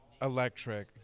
electric